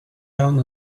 down